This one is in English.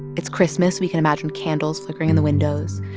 it's christmas. we can imagine candles flickering in the windows.